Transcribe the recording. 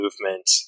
movement